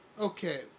Okay